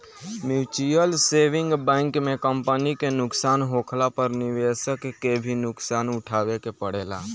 mutual saving bank में company के नुकसान होखला पर निवेशक के भी नुकसान उठावे के पड़ेला